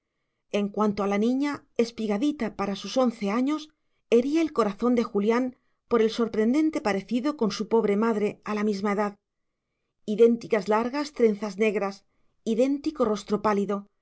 en cuanto a la niña espigadita para sus once años hería el corazón de julián por el sorprendente parecido con su pobre madre a la misma edad idénticas largas trenzas negras idéntico rostro pálido